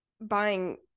buying